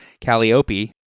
Calliope